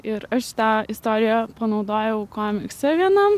ir aš tą istoriją panaudojau komikse vienam